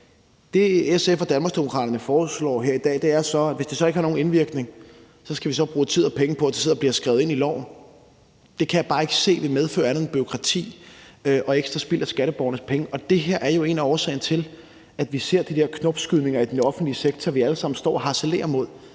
Det, SF og Danmarksdemokraterne foreslår her i dag, er så, at hvis det så ikke har nogen indvirkning, skal vi bruge tid og penge på, at det bliver skrevet ind i loven. Det kan jeg bare ikke se vil medføre andet end bureaukrati og ekstra spild af skatteborgernes penge. Det her er jo en af årsagerne til, at vi ser de der knopskydninger i den offentlige sektor, som vi alle sammen står og harcelerer imod,